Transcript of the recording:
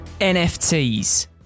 NFTs